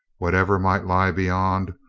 whatever might lie beyond,